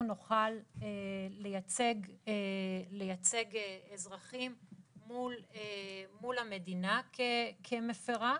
נוכל לייצג אזרחים מול המדינה כמפרה,